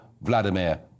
Vladimir